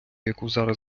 яку